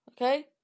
okay